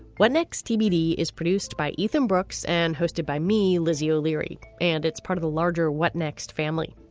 what next tbd is produced by ethan brooks and hosted by me lizzie o'leary and it's part of a larger what next family.